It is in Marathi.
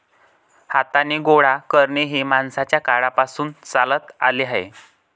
हाताने गोळा करणे हे माणसाच्या काळापासून चालत आले आहे